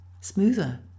smoother